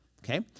Okay